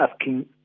asking